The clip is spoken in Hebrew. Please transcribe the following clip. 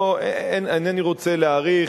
אינני רוצה להאריך,